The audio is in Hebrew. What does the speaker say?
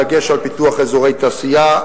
דגש על פיתוח אזורי תעשייה,